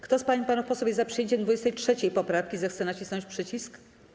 Kto z pań i panów posłów jest za przyjęciem 23. poprawki, zechce nacisnąć przycisk.